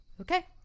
Okay